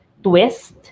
twist